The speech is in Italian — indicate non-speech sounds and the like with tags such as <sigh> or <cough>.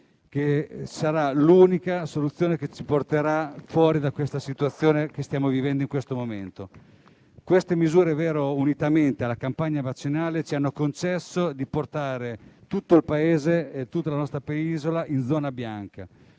che sarà l'unica soluzione che ci porterà fuori dalla situazione che stiamo vivendo in questo momento. <applause> Queste misure, unitamente alla campagna vaccinale, ci hanno concesso di portare tutto il Paese e tutta la nostra penisola in zona bianca